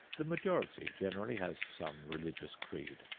the majority generally has some religious creed,